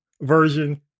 version